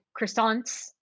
croissants